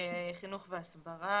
חינוך והסברה,